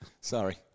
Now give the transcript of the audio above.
Sorry